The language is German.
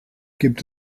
gibt